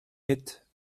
liegt